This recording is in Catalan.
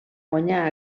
guanyar